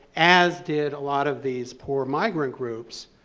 as did a lot of these poor migrant groups,